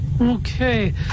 Okay